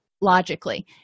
logically